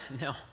No